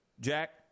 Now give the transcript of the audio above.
Jack